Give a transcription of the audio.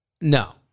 No